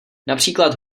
například